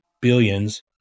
billions